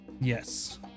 Yes